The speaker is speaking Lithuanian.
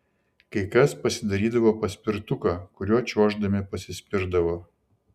kai kas pasidarydavo paspirtuką kuriuo čiuoždami pasispirdavo